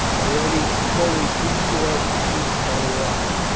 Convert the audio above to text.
already fully two score of the chiefs had arrived.